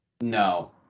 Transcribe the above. no